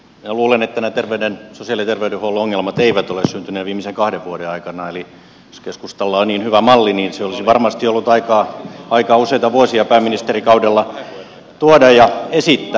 minä luulen että nämä sosiaali ja terveydenhuollon ongelmat eivät ole syntyneet viimeisen kahden vuoden aikana eli jos keskustalla on niin hyvä malli niin se olisi varmasti ollut aikaa useita vuosia pääministerikaudella tuoda ja esittää